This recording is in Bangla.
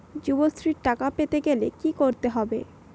যুবশ্রীর টাকা পেতে গেলে কি করতে হবে?